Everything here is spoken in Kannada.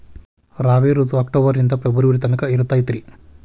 ರಾಬಿ ಋತು ಅಕ್ಟೋಬರ್ ನಿಂದ ಫೆಬ್ರುವರಿ ತನಕ ಇರತೈತ್ರಿ